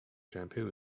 shampoo